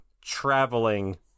Traveling